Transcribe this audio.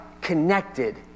connected